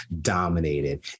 dominated